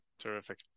terrific